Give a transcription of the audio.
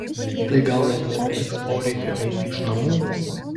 tai gal net nebeliks poreikio eiti iš namų